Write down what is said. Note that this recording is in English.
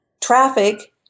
traffic